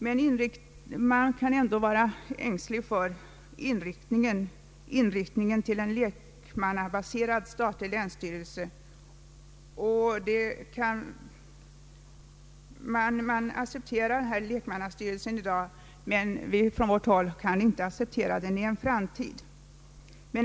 Men inriktningen mot en lekmannabaserad statlig länsstyrelse är ändå uppenbar. Vi kan från centern acceptera detta i dag men inte för en framtid.